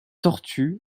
tortues